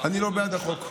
אני לא בעד החוק הזה.